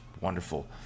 wonderful